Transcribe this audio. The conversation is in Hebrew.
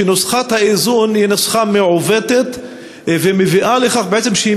שנוסחת האיזון היא נוסחה מעוותת ומביאה לכך שהיא